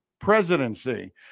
presidency